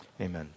amen